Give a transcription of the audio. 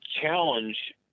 challenge